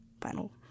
final